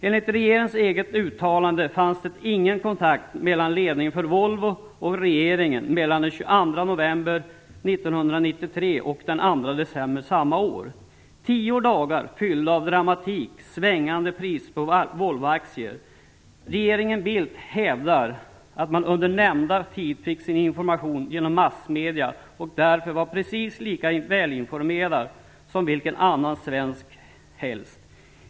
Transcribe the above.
Enligt regeringens eget uttalande fanns det ingen kontakt mellan regeringen och ledningen för Volvo mellan den 22 november 1993 och den 2 december samma år, tio dagar fyllda av dramatik och svängande priser på Volvoaktier. Regeringen Bildt hävdar att man under nämnda tid fick sin information genom massmedierna och därför var precis lika välinformerad som vilken annan svensk som helst.